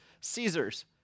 Caesar's